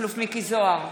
מכלוף מיקי זוהר,